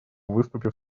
выступив